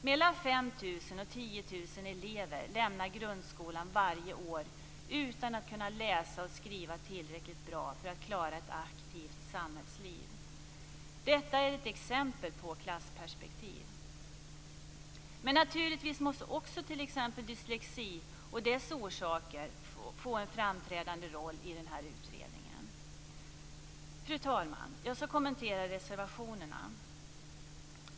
Mellan 5 000 och 10 000 elever lämnar grundskolan varje år utan att kunna läsa och skriva tillräckligt bra för att klara ett aktivt samhällsliv. Detta är ett exempel på klassperspektiv. Men naturligtvis måste också t.ex. dyslexi och dess orsaker få en framträdande roll i utredningen. Fru talman! Jag ska kommentera reservationerna.